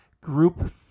group